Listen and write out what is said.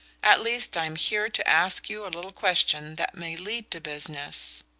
at least i'm here to ask you a little question that may lead to business.